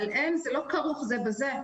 אבל זה הן לא כרוכות אחת בשנייה.